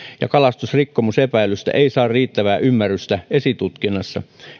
ja kalastusrikkomusepäilyistä ei saa riittävää ymmärrystä esitutkinnassa